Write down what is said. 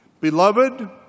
Beloved